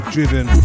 Driven